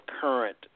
current